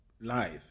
life